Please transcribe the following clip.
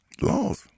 Laws